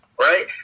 right